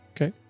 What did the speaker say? Okay